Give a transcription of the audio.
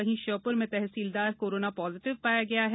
वहीं श्योपूर में तहसीलदार कोरोना पॉजिटिव पाये गये हैं